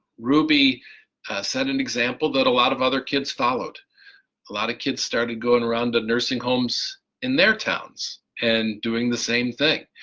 ruby set an example that a lot of other kids followed a lot of kids started going around to nursing homes in their towns and doing the same thing.